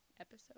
episode